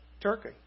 Turkey